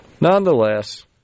nonetheless